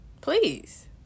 Please